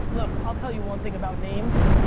look, i'll tell you one thing about names,